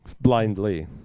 Blindly